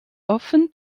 offen